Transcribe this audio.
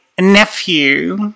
nephew